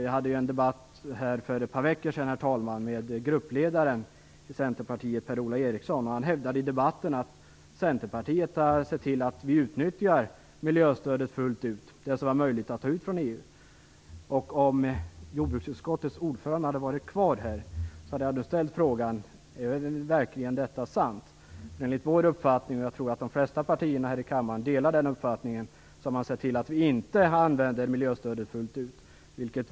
Jag hade, herr talman, en debatt för ett par veckor sedan med gruppledaren i Centerpartiet, Per-Ola Eriksson. Han hävdade i debatten att Centerpartiet har sett till att vi fullt ut utnyttjar det miljöstöd som är möjligt att ta ut från EU. Om jordbruksutskottets ordförande hade varit kvar här hade jag ställt frågan: Är detta verkligen sant? Enligt vår uppfattning - jag tror att de flesta partier här i kammaren delar den uppfattningen - har man sett till att vi inte använder miljöstödet fullt ut.